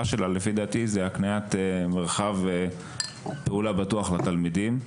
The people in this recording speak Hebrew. שלה לדעתי זה הקניית מרחב פעולה בטוח לתלמידים.